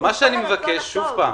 מה שאני מבקש ------ זה פשוט לא קיים.